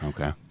Okay